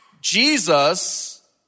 Jesus